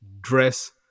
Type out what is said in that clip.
Dress